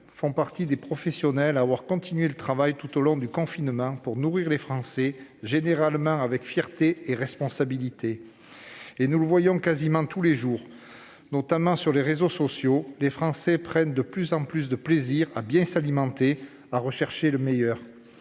font partie de ceux qui ont continué le travail tout au long du confinement afin de nourrir les Français, en général avec fierté et responsabilité. Tous les jours, ou presque, nous le voyons notamment sur les réseaux sociaux, les Français prennent de plus en plus de plaisir à bien s'alimenter, à rechercher le meilleur.